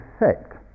effect